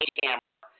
camera